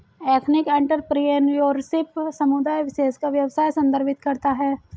ethnic entrepreneurship समुदाय विशेष का व्यवसाय संदर्भित करता है